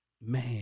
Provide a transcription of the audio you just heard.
Man